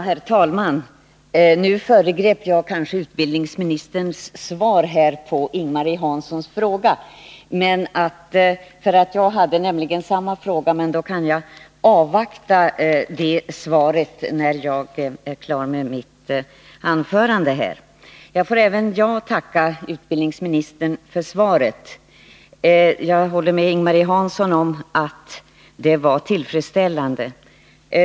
Herr talman! Jag skall inte föregripa utbildningsministerns svar på Ing-Marie Hanssons fråga och gå närmare in på just det problemet — jag vill nämligen ställa samma fråga — utan jag avvaktar utbildningsministerns svar sedan jag är klar med mitt anförande. Även jag vill tacka utbildningsministern för svaret. Jag håller med Ing-Marie Hansson om att det var tillfredsställande.